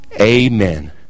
Amen